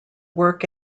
work